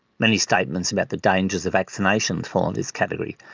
many statements about the dangers of vaccination fall in this category,